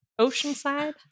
Oceanside